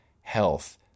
health